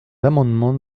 l’amendement